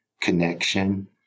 connection